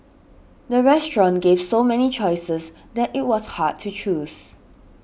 the restaurant gave so many choices that it was hard to choose